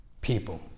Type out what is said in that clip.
people